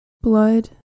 Blood